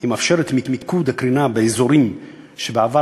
היא מאפשרת מיקוד הקרינה באזורים שבעבר